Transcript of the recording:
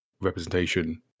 representation